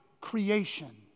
creation